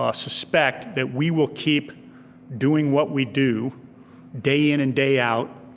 ah suspect that we will keep doing what we do day in and day out,